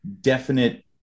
definite